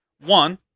One